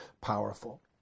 powerful